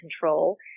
control